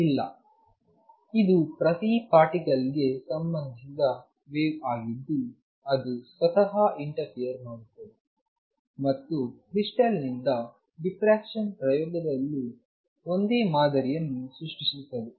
ಇಲ್ಲ ಇದು ಪ್ರತಿ ಪಾರ್ಟಿಕಲ್ ಗೆ ಸಂಬಂಧಿಸಿದ ವೇವ್ ಆಗಿದ್ದು ಅದು ಸ್ವತಃ ಇಂಟರ್ಫಿಯರ್ ಮಾಡುತ್ತದೆ ಮತ್ತು ಕ್ರಿಸ್ಟಲ್ ನಿಂದ ದಿಫ್ರಾಕ್ಷನ್ ಪ್ರಯೋಗದಲ್ಲೂ ಒಂದೇ ಮಾದರಿಯನ್ನು ಸೃಷ್ಟಿಸುತ್ತದೆ